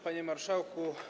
Panie Marszałku!